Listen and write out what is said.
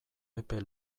epe